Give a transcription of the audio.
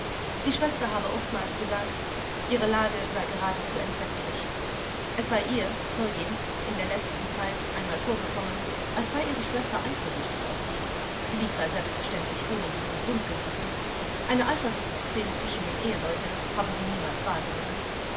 die schwester habe oftmals gesagt ihre lage sei geradezu entsetzlich es sei ihr zeugin in der letzten zeit einmal vorgekommen als sei ihre schwester eifersüchtig auf sie dies sei selbstverständlich ohne jeden grund gewesen eine eifersuchtsszene zwischen den eheleuten habe sie niemals wahrgenommen